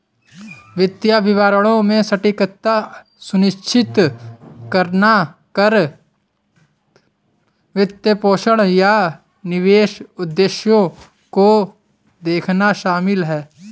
वित्तीय विवरणों में सटीकता सुनिश्चित करना कर, वित्तपोषण, या निवेश उद्देश्यों को देखना शामिल हैं